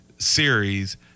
series